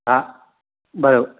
हा बराबरि